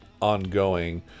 ongoing